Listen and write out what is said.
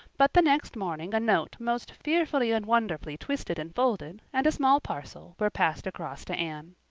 but the next morning a note most fearfully and wonderfully twisted and folded, and a small parcel were passed across to anne.